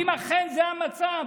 אם אכן זה המצב,